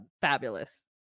fabulous